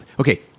Okay